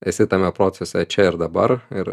esi tame procese čia ir dabar ir